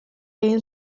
egin